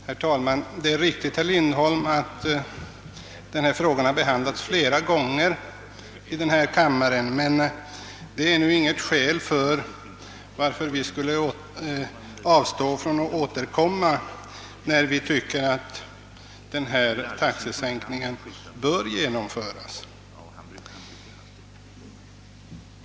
Herr talman! Det är riktigt, herr Lindholm, att denna fråga behandlats flera gånger i denna kammare, men det är inget skäl för att vi skulle avstå från att återkomma när vi tycker att denna taxesänkning bör genomföras.